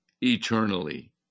eternally